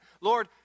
Lord